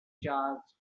charged